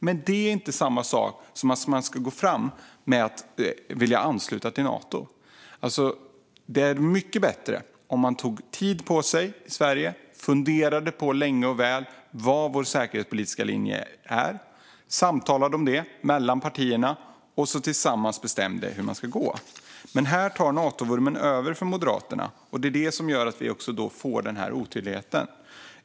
Men det är inte samma sak som att gå fram med att vilja ansluta till Nato. Det är mycket bättre att Sverige tar tid på sig, funderar länge och väl på vad vår säkerhetspolitiska linje är, samtalar om detta mellan partierna och sedan tillsammans bestämmer hur man ska gå. Men här tar vurmen för Nato över hos Moderaterna, och det är detta som gör att vi får denna otydlighet.